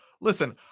Listen